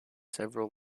several